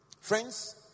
Friends